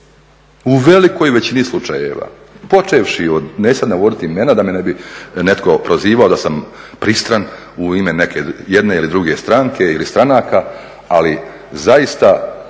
u velikoj većini slučajeva, počevši od neću sada navoditi imena da me ne bi netko prozivao da sam pristran u ime jedne ili druge stranke ili stranaka, ali zaista